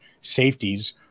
safeties